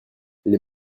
les